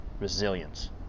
resilience